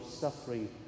suffering